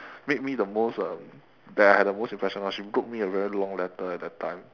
made me the most um that I had the most impression [one] she wrote me a very long letter at that time